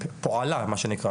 ופועלה מה שנקרא,